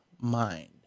mind